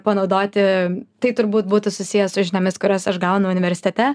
panaudoti tai turbūt būtų susiję su žiniomis kurias aš gaunu universitete